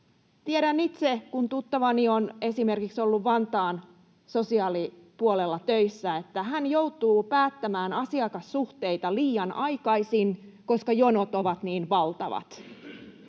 Tiedän itse, kun tuttavani on esimerkiksi ollut Vantaan sosiaalipuolella töissä, että hän joutuu päättämään asiakassuhteita liian aikaisin, koska jonot ovat niin valtavat.